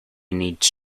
needs